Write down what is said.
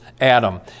Adam